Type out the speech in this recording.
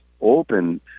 open